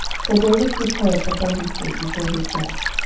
so david prepared abundantly before his death.